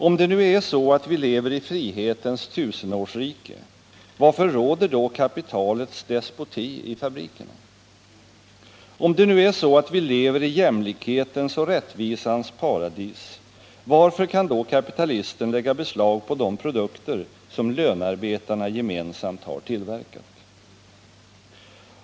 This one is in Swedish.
Om det nu är så att vileveri frihetens tusenårsrike, varför råder då kapitalets despoti i fabrikerna? Om det nu är så att vi lever i jämlikhetens och rättvisans paradis, varför kan då kapitalisten lägga beslag på de produkter som lönarbetarna gemensamt har tillverkat?